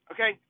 Okay